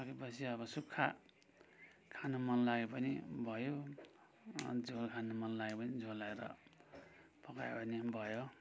पाकेपछि अब सुक्खा खानु मन लागे पनि भयो झोल खानु मन लागे पनि झोल लाएर पकायो भने पनि भयो